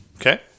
Okay